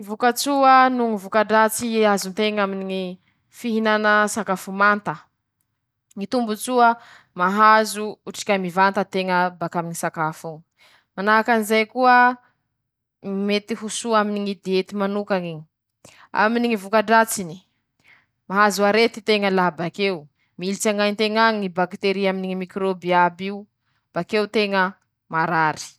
Ñy fomba handanjalanjàko ñy hany misy hañitsy noho ara-pahasalamà lafa zaho ro miketriky ho any ñy fianakaviako :mampiasa aho hañitsy voa-janaharé ro maha salama ;manahaky anizay ñy fandanjalanjàko ñ'akora ampesako añatiny ñy hany ketrehiko iñy ao, mila mitandrina koa aho o aminy ñy fomba fiketrehako azy.